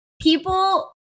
people